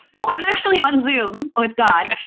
no, i'm actually on zoom with god.